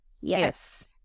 Yes